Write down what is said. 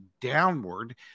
downward